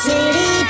City